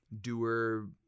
doer